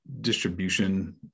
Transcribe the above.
distribution